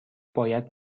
باید